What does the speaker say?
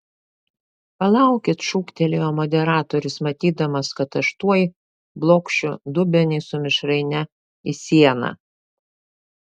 palaukit šūktelėjo moderatorius matydamas kad aš tuoj blokšiu dubenį su mišraine į sieną